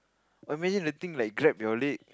a minute the thing like grab your leg